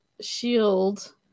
shield